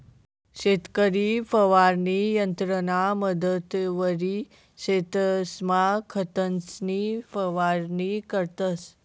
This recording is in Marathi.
शेतकरी फवारणी यंत्रना मदतवरी शेतसमा खतंसनी फवारणी करतंस